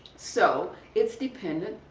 so it's dependent,